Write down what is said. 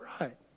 right